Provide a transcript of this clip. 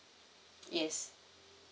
yes